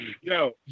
yo